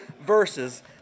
verses